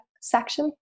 section